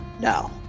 No